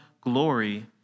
glory